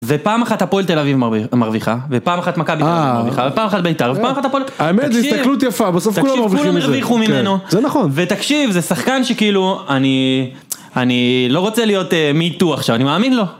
ופעם אחת הפועל תל אביב מרוויחה, ופעם אחת מכבי תל אביב מרוויחה, ופעם אחת בית"ר, ופעם אחת הפועל... האמת זה הסתכלות יפה, בסוף כולם מרוויחים את זה. תקשיב, כולם מרוויחים ממנו, ותקשיב, זה שחקן שכאילו, אני לא רוצה להיות me too עכשיו, אני מאמין לו.